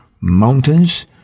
mountains